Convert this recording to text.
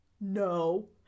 No